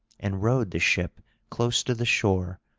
and rowed the ship close to the shore,